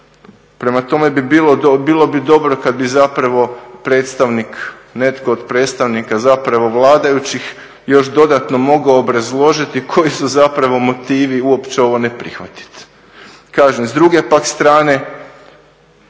Prema tome, bilo bi dobro kad bi zapravo predstavnik, netko od predstavnika zapravo vladajućih još dodatno mogao obrazložiti koji su zapravo motivi uopće ovo ne prihvatiti. Kažem, s druge pak strane